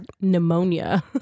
pneumonia